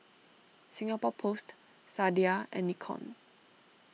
Singapore Post Sadia and Nikon